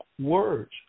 words